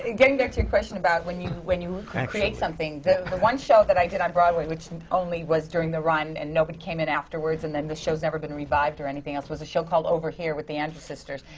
ah getting back to your question about when you when you create create something, the one show that i did on broadway which and only was during the run and nobody came in afterwards, and then the show's never been revived or anything else, was a show called over here, with the andrews sisters.